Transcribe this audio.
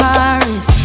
Paris